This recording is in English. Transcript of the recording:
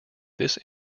this